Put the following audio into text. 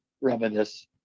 reminisce